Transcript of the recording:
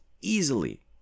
easily